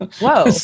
whoa